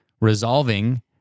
resolving